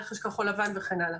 רכש כחול-לבן וכן הלאה.